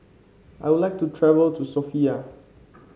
I would like to travel to Sofia